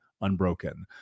unbroken